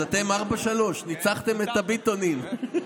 אז אתם 4:3. ניצחתם את הביטונים.